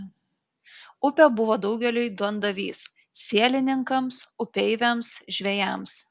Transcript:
upė buvo daugeliui duondavys sielininkams upeiviams žvejams